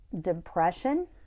depression